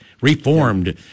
reformed